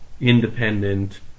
independent